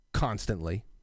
constantly